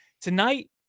Tonight